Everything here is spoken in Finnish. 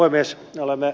herra puhemies